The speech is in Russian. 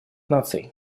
наций